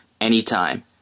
anytime